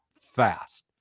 fast